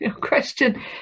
question